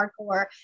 hardcore